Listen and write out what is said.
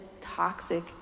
toxic